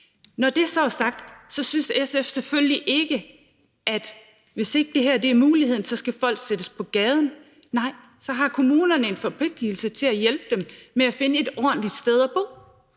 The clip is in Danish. Når det er sagt, synes SF selvfølgelig ikke, at hvis ikke det her er muligt, skal folk sættes på gaden. Nej, så har kommunerne en forpligtigelse til at hjælpe dem med at finde et ordentligt sted at bo.